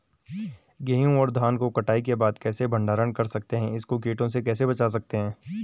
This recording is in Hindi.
गेहूँ और धान को कटाई के बाद कैसे भंडारण कर सकते हैं इसको कीटों से कैसे बचा सकते हैं?